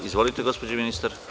Izvolite, gospođo ministar.